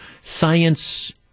science